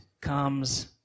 comes